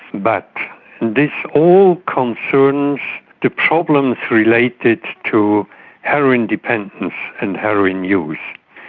but this all concerns the problems related to heroin dependence and heroin use.